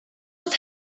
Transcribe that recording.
have